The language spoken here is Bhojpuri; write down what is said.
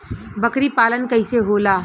बकरी पालन कैसे होला?